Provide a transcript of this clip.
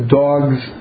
dog's